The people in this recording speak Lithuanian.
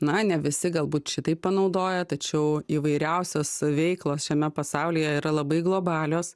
na ne visi galbūt šitaip panaudoja tačiau įvairiausios veiklos šiame pasaulyje yra labai globalios